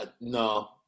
no